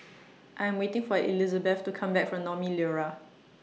I'm waiting For Elisabeth to Come Back from Naumi Liora